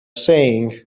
saying